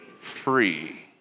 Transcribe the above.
free